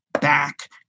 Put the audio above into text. back